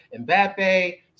mbappe